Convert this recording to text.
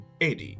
AD